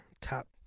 top